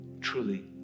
truly